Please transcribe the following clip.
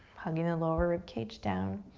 hugging the lower rib cage down.